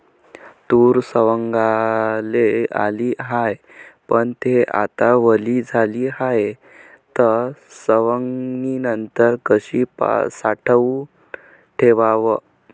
तूर सवंगाले आली हाये, पन थे आता वली झाली हाये, त सवंगनीनंतर कशी साठवून ठेवाव?